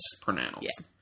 pronounced